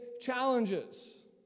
challenges